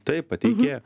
taip pati ikea